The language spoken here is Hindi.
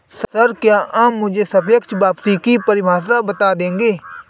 सर, क्या आप मुझे सापेक्ष वापसी की परिभाषा बता देंगे?